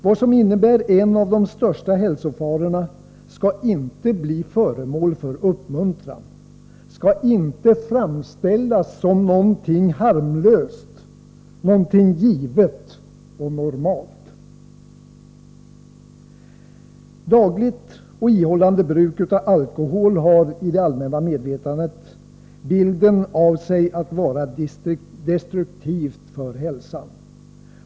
Vad som innebär en av de största hälsofarorna skall inte bli föremål för uppmuntran och skall inte framställas som något harmlöst, något givet och normalt. Dagligt och ihållande bruk av alkohol har i det allmänna medvetandet bilden av sig att vara destruktivt för hälsan.